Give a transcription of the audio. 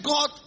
God